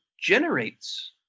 generates